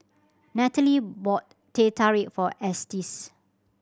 Nataly bought Teh Tarik for Estes